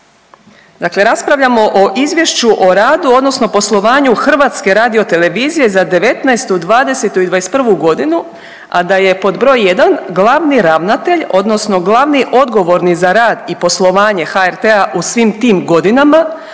Dakle, raspravljamo o izvješću o radu odnosno poslovanju HRT-a za '19., '20. i '21. godinu, a da je pod broj jedan glavni ravnatelj odnosno glavni odgovorni za rad i poslovanje HRT-a u svim tim godinama